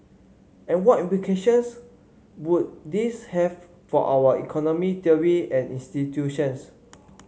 and what implications would this have for our economic theory and institutions